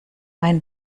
mein